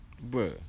Bro